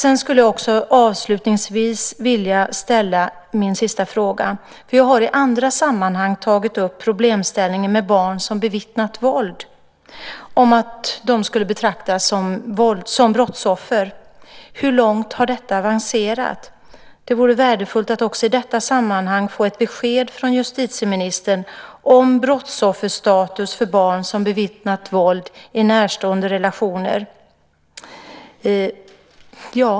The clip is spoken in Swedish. Avslutningsvis skulle jag vilja ställa en sista fråga. Jag har i andra sammanhang tagit upp problemställningen med barn som bevittnat våld - att de skulle betraktas som brottsoffer. Hur långt har detta avancerat? Det vore värdefullt att också i detta sammanhang få ett besked från justitieministern om brottsofferstatus för barn som bevittnat våld i närstående relationer.